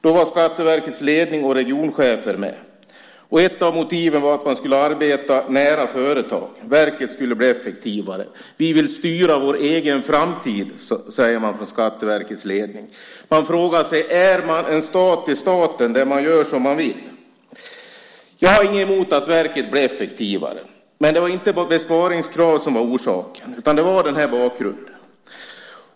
Då var Skatteverkets ledning och regionchefer med. Ett av motiven var att man skulle arbeta nära företag. Verket skulle bli effektivare. Vi vill styra vår egen framtid, säger man från Skatteverkets ledning. Man frågar sig: Är det en stat i staten där man gör som man vill? Jag har inget emot att verket blir effektivare, men det var inte bara besparingskrav som var orsaken, utan det var den här bakgrunden.